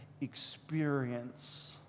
experience